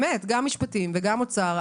משפטים ואוצר,